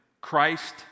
Christ